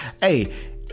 Hey